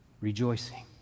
rejoicing